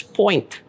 point